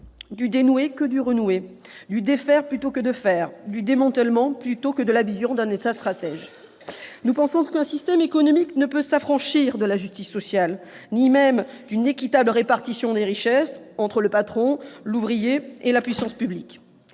que dans celui du « renouer », du « défaire » plutôt que du « faire », du « démantèlement » plutôt que de la vision d'un État stratège. Selon nous, un système économique ne peut s'affranchir de la justice sociale, ni même d'une équitable répartition des richesses entre le patron, l'ouvrier et la puissance publique.